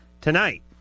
tonight